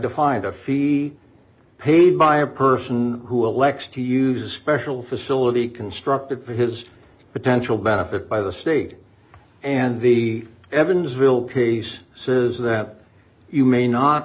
efined a fee paid by a person who elects to use a special facility constructed for his potential benefit by the state and the evansville case says that you may not